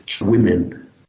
women